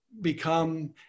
become